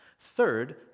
Third